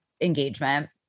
engagement